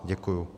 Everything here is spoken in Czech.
Děkuju.